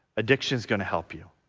addiction is going to help you,